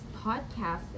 podcast